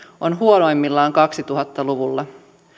on huonoimmillaan kaksituhatta luvulla